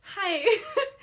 Hi